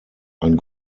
ein